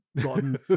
gotten